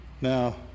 Now